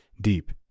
deep